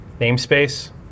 namespace